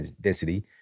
density